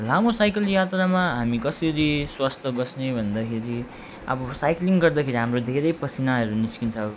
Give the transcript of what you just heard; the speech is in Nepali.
लामो साइकल यात्रामा हामी कसरी स्वस्थ बस्ने भन्दाखेरि अब साइक्लिङ गर्दाखेरि हाम्रो धेरै पसिनाहरू निस्किन्छ अब